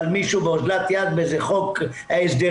אבל מישהו באזלת יד באיזה חוק הסדרים,